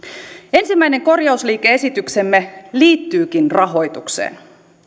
ensimmäinen korjausliike esityksemme liittyykin rahoitukseen